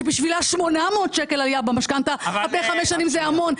שבשבילה 800 שקלים במשכנתה על פני חמש שנים זה המון.